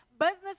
business